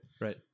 Right